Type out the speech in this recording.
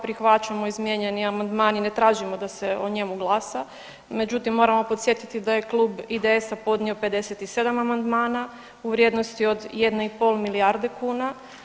Prihvaćamo izmijenjeni amandman i ne tražimo da se o njemu glasa, međutim moramo podsjetiti da je kluba IDS-a podnio 57 amandmana u vrijednosti od 1,5 milijarde kuna.